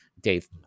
Dave